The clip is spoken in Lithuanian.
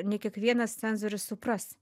ne kiekvienas cenzorius supras